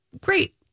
Great